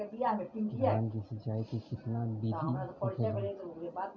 धान की सिंचाई की कितना बिदी होखेला?